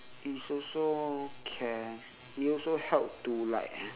it's also can it also help to like